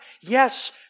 Yes